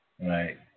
Right